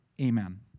Amen